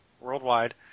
worldwide